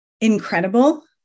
incredible